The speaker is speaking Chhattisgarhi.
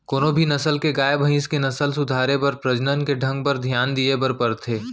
कोनों भी नसल के गाय, भईंस के नसल सुधारे बर प्रजनन के ढंग बर धियान दिये बर परथे